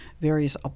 various